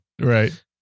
Right